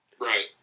Right